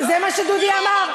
זה מה שדודי אמר.